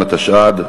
התשע"ד,